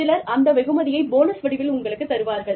சிலர் இந்த வெகுமதியை போனஸ் வடிவில் உங்களுக்கு தருவார்கள்